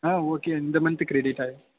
ஆ okay இந்த month credit ஆகிடும்